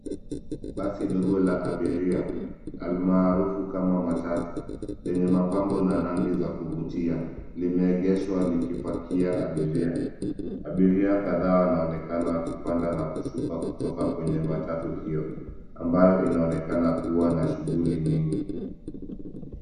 Basi dogo la abiria, almaarufu kama matatu, lenye mapambo na rangi za kuvutia limeegeshwa likipakia abiria. Abiria kadaa wanaonekana wakipanda na kushuka kutoka kwenye matatu hiyo ambayo inaonekana kuwa na shughuli nyingi.